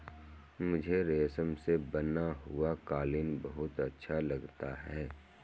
मुझे रेशम से बना हुआ कालीन बहुत अच्छा लगता है